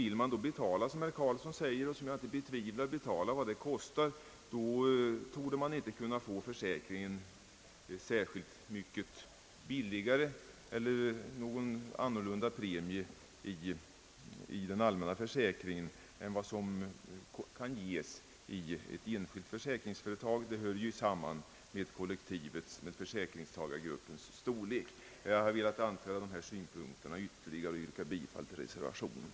Vill företagarna betala, som herr Carlsson säger — vilket jag inte betvivlar — vad det kostar, torde de inte kunna få försäkringen särskilt mycket billigare inom den allmänna försäkringen än i ett enskilt försäkringsföretag; det hör ju samman med kollektivet eller — försäkringstagargruppens storlek. Jag har velat anföra dessa ytterligare synpunkter och ber att få yrka bifall till reservationen.